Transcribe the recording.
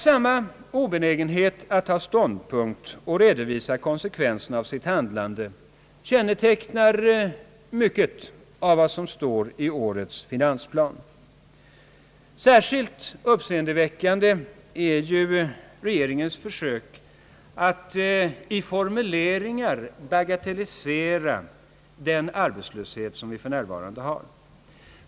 Samma obenägenhet att ta ståndpunkt och redovisa konsekvensen av handlandet kännetecknar mycket av vad som står i årets finansplan. Särskilt uppseendeväckande är regeringens försök att i sina formuleringar bagatellisera den arbetslöshet som vi för närvarande har.